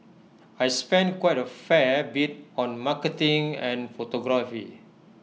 I spend quite A fair bit on marketing and photography